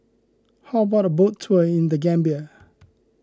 how about a boat tour in the Gambia